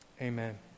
amen